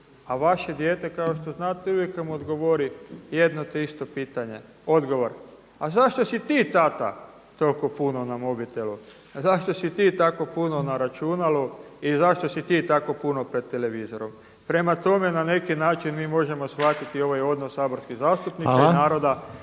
A vaše dijete kao što znate uvijek vam odgovori jedan te isti odgovor: A zašto si ti, tata, toliko puno na mobitelu, na računalu, zašto si ti tako puno pred televizorom? Prema tome, na neki način mi možemo shvatiti ovaj odnos saborskih zastupnika i naroda